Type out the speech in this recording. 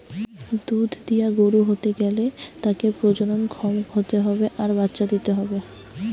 দুধ দিয়া গরু হতে গ্যালে তাকে প্রজনন ক্ষম হতে হবে আর বাচ্চা দিতে হবে